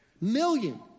million